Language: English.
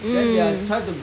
mm